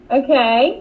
okay